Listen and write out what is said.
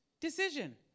decision